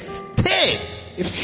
stay